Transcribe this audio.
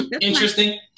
Interesting